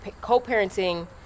co-parenting